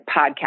podcast